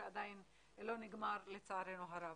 שעדין לא נגמר לצערנו הרב.